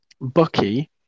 bucky